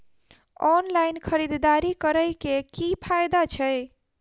Online खरीददारी करै केँ की फायदा छै?